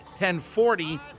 1040